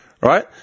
right